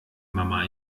mama